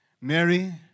Mary